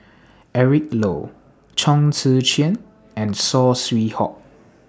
Eric Low Chong Tze Chien and Saw Swee Hock